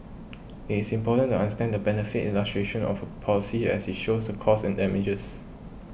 it is important to understand the benefit illustration of a policy as it shows the costs and damages